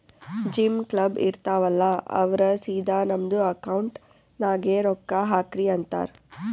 gym, club, ಇರ್ತಾವ್ ಅಲ್ಲಾ ಅವ್ರ ಸಿದಾ ನಮ್ದು ಅಕೌಂಟ್ ನಾಗೆ ರೊಕ್ಕಾ ಹಾಕ್ರಿ ಅಂತಾರ್